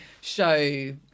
show